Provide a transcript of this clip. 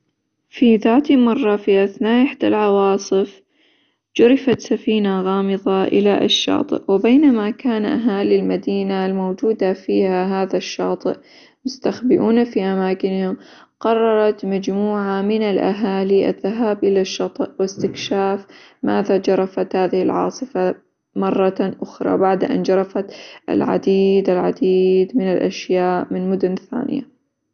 فى ذات مرة في أثناء إحدى العواصف جرفت سفينة غامظة إلى الشاطئ، وبينما كان أهالي المدينة الموجودة فيها هذا الشاطئ مستخبئون في أماكنهم، قررت مجموعة من الأهالي الذهاب إلى الشاطئ، واستكشاف ماذا جرفت هذه العاصفة مرة أخرى بعد أن جرفت العديد العديد من الأشياء من مدن ثانية.